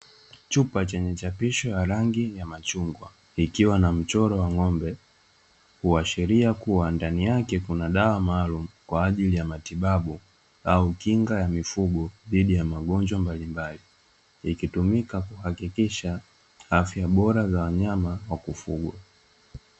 Chupa chenye chapishws ya rangi ya chungwa kikiwa na mchoro wa ng'ombe likishiria ndani yake kuna daws maalumu kwa ajili ya kinga ya mifugo dhidi ya magonjwa mbalimbali ikitumiwa kuhakikisha afya bora za wanyama Wa kufugwa